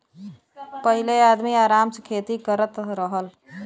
पहिले आदमी आराम से खेती करत रहल